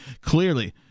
clearly